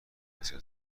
آسیا